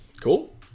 Cool